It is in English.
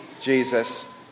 Jesus